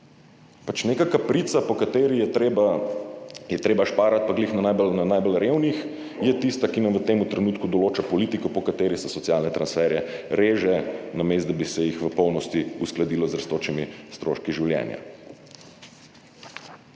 Pač neka kaprica, po kateri je treba šparati ravno na najbolj revnih, je tista, ki nam v tem trenutku določa politiko, po kateri se socialne transferje reže, namesto da bi se jih v polnosti uskladilo z rastočimi stroški življenja.